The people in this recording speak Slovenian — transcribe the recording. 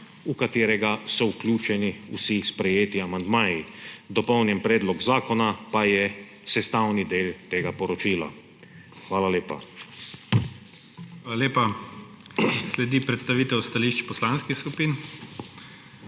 v katerega so vključeni vsi sprejeti amandmaji, dopolnjen predlog zakona pa je sestavni del tega poročila. Hvala lepa. PREDSEDNIK IGOR ZORČIČ: Hvala lepa. Sledi predstavitev stališč poslanskih skupi.